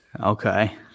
Okay